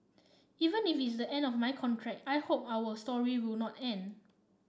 even if it's the end of my contract I hope our story will not end